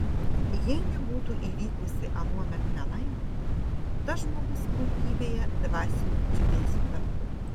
jei nebūtų įvykusi anuomet nelaimė tas žmogus puikybėje dvasiniu džiūvėsiu taptų